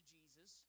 Jesus